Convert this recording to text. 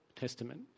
Testament